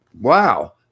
wow